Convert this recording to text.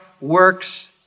works